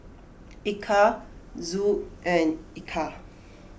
Eka Zul and Eka